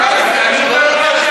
נתרומם,